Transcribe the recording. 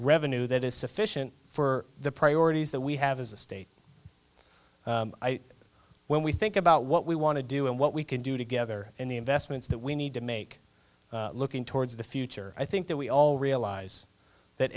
revenue that is sufficient for the priorities that we have as a state when we think about what we want to do and what we can do together in the investments that we need to make looking towards the future i think that we all realize that